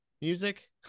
music